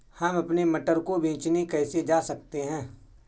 हम अपने मटर को बेचने कैसे जा सकते हैं?